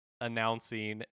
announcing